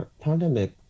pandemic